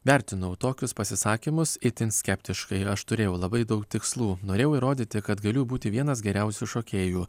vertinau tokius pasisakymus itin skeptiškai aš turėjau labai daug tikslų norėjau įrodyti kad galiu būti vienas geriausių šokėjų